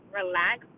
relax